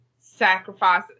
sacrifice